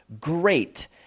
great